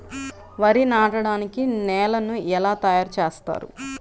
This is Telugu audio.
వరి నాటడానికి నేలను ఎలా తయారు చేస్తారు?